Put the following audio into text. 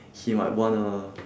he might wanna